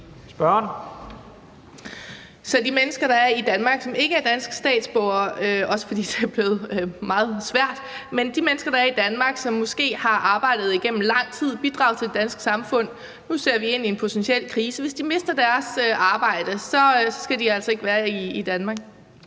de mennesker, der er i Danmark og ikke er danske statsborgere, også fordi det er blevet meget svært, og som måske har arbejdet igennem lang tid og bidraget til det danske samfund – nu ser vi ind i en potentiel krise – mister deres arbejde, så skal de altså ikke være i Danmark?